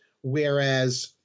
Whereas